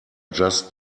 just